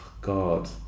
God